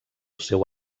seu